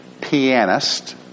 pianist